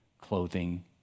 clothing